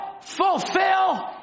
fulfill